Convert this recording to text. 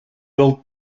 built